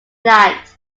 night